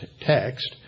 text